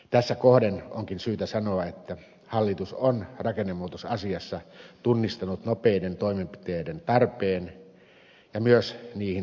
tässä kohden onkin syytä sanoa että hallitus on rakennemuutosasiassa tunnistanut nopeiden toimenpiteiden tarpeen ja myös niihin ryhtynyt